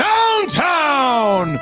Downtown